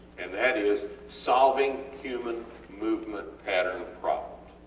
and that is solving human movement pattern problems.